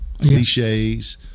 cliches